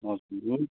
हजुर